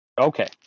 Okay